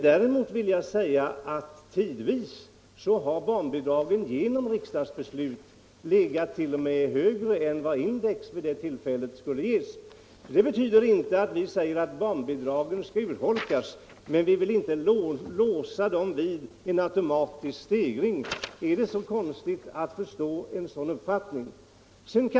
Däremot vill jag säga att barnbidragen tidvis genom riksdagsbeslut t.o.m. legat högre än vad en indexreglering vid de tillfällena skulle ha gett. Det betyder emellertid inte att vi anser att barnbidragen skall urholkas, utan bara att vi inte vill låsa dem vid en automatisk stegring. Är det så konstigt att förstå en sådan uppfattning?